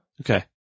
Okay